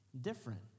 Different